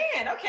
okay